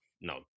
no